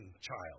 child